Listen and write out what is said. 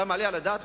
אתה מעלה על הדעת,